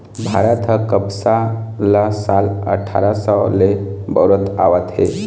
भारत ह कपसा ल साल अठारा सव ले बउरत आवत हे